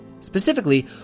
Specifically